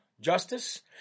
justice